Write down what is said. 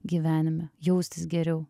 gyvenime jaustis geriau